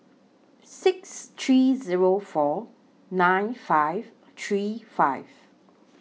six three Zero four nine five three five